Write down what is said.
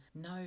no